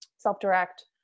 Self-direct